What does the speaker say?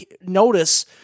notice